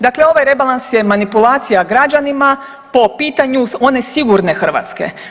Dakle, ovaj rebalans je manipulacija građanima po pitanju one sigurne Hrvatske.